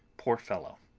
poor fellow,